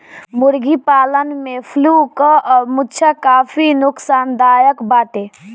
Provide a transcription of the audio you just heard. मुर्गी पालन में फ्लू कअ मुद्दा काफी नोकसानदायक बाटे